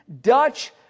Dutch